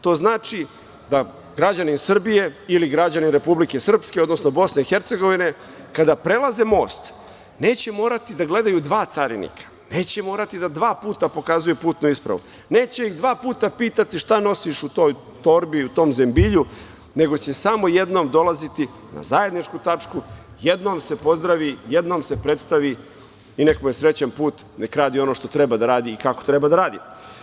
To znači da građani Srbije ili građani Republike Srpske, odnosno Bosne i Hercegovine, kada prelaze most neće morati da gledaju dva carinika, neće morati da dva puta pokazuju putnu ispravu, neće ih dva puta pitati šta nosiš u toj torbi, u tom zembilju, nego će samo jednom dolaziti na zajedničku tačku, jednom se pozdravi, jednom se predstavi i nek mu je srećan put, nek radi ono što treba da radi i kako treba da radi.